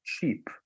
cheap